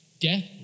Death